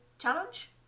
Challenge